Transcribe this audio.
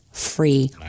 free